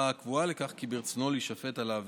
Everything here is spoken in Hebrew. הקבועה לכך כי ברצונו להישפט על העבירה.